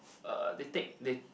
uh they take they